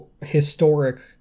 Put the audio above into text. historic